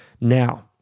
Now